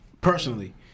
personally